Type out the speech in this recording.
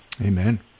Amen